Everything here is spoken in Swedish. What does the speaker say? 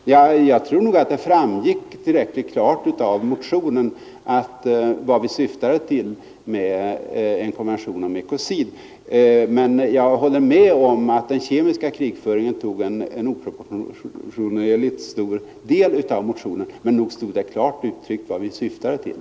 Herr talman! Jag tror nog att det framgick tillräckligt klart av motionen vad vi syftade till med en konvention om ekocid. Jag håller gärna med om att den kemiska krigföringen tog en oproportionerligt stor del av motionens utrymme, men nog stod det klart uttryckt vad vi syftade till.